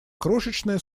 крошечная